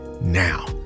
now